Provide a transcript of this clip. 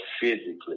physically